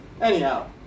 Anyhow